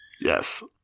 yes